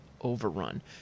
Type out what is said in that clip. overrun